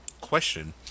Question